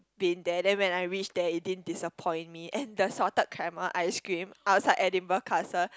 been there then when I reach there it didn't disappoint me and the salted caramel ice cream I was like Edinburgh castle